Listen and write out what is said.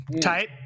tight